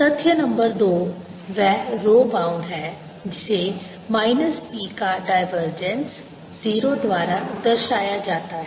तथ्य नंबर 2 वह row bound है जिसे माइनस P का डाइवर्जेंस 0 द्वारा दर्शाया जाता है